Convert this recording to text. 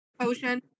potion